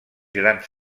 grans